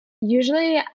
usually